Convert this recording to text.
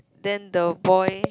then the boy